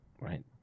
right